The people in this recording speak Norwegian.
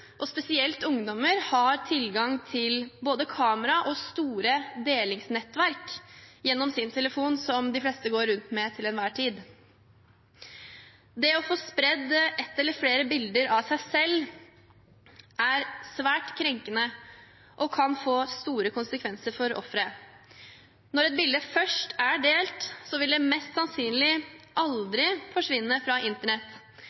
spesielt ungdommer, har tilgang til både kamera og store delingsnettverk gjennom sin telefon, som de fleste går rundt med til enhver tid. Det å få spredd ett eller flere bilder av seg selv kan være svært krenkende og kan få store konsekvenser for offeret. Når et bilde først er delt, vil det mest sannsynlig aldri forsvinne fra internett.